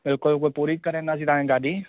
बिल्कुलु उहो पूरी करींदासीं तव्हां गाॾी